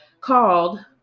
called